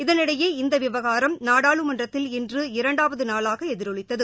இதனிடையே இந்த விவகாரம் நாடாளுமன்றத்தில் இன்று இரண்டாவது நாளாக எதிரொலித்தது